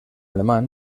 alemán